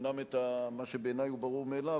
אומנם את מה שבעיני הוא ברור מאליו,